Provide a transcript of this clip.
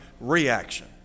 reaction